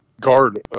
guard